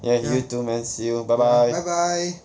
ya you too man see you bye bye